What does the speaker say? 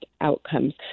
outcomes